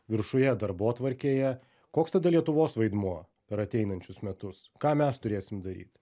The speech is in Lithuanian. viršuje darbotvarkėje koks tada lietuvos vaidmuo per ateinančius metus ką mes turėsim daryt